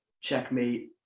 Checkmate